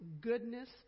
goodness